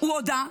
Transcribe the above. הוא הודה.